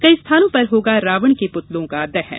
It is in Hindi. कई स्थानों पर होगा रावण के पुतलों का दहन